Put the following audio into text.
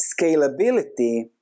scalability